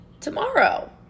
tomorrow